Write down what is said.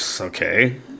okay